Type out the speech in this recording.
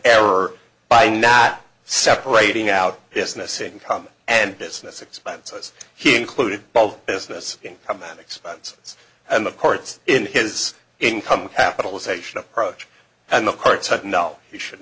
error by not separating out this missing comma and business expenses he included both business income that expense and the courts in his income capitalization approach and the court said no he should